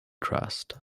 trust